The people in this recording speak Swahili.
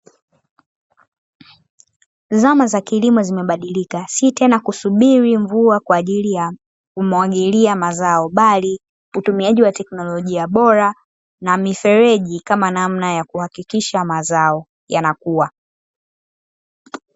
Zama za kilimo zimebadika; sio tena kusubiri mvua kwa ajili ya kumwagilia mazao, bali utumiaji wa teknolojia bora, na mifereji kama namna ya kuhakikisha mazao yanakua.